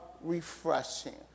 refreshing